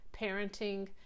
parenting